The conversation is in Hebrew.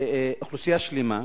לנשל אוכלוסייה שלמה.